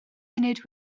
munud